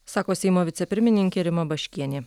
sako seimo vicepirmininkė rima baškienė